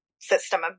system